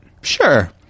Sure